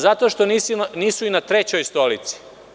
Zato što nisu na trećoj stolici.